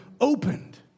opened